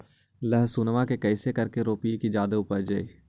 लहसूनमा के कैसे करके रोपीय की जादा उपजई?